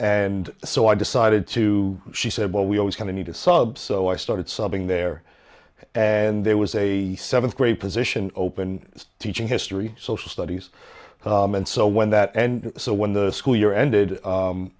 and so i decided to she said well we always kind of need to subzero i started subbing there and there was a seventh grade position open teaching history social studies and so when that and so when the school year ended